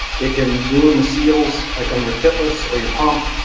it can ruin the seals like on your pitless or your pump